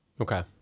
Okay